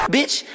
Bitch